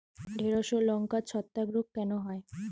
ঢ্যেড়স ও লঙ্কায় ছত্রাক রোগ কেন হয়?